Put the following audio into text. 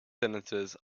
sentences